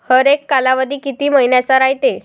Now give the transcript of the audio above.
हरेक कालावधी किती मइन्याचा रायते?